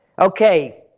Okay